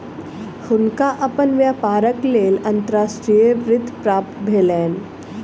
हुनका अपन व्यापारक लेल अंतर्राष्ट्रीय वित्त प्राप्त भेलैन